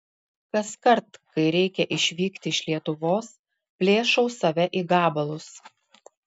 kaskart kai reikia išvykti iš lietuvos plėšau save į gabalus